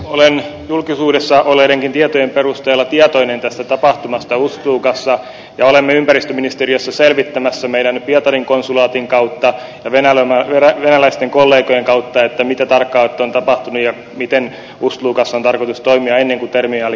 olen julkisuudessakin olleiden tietojen perusteella tietoinen tästä tapahtumasta ust lugassa ja olemme ympäristöministeriössä selvittämässä meidän pietarin konsulaatin kautta ja venäläisten kollegojen kautta mitä tarkkaan ottaen on tapahtunut ja miten ust lugassa on tarkoitus toimia ennen kuin terminaali käyttöön otetaan